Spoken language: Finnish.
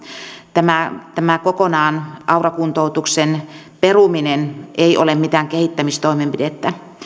tämä tämä aura kuntoutuksen peruminen kokonaan ei ole mikään kehittämistoimenpide